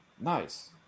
Nice